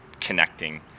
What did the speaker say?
connecting